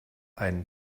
einen